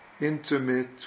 intimate